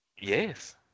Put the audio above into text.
Yes